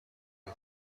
and